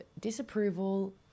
disapproval